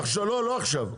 לא, לא עכשיו.